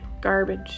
garbage